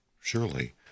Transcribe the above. surely